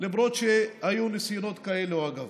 למרות שהיו ניסיונות כאלה, אגב.